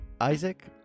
isaac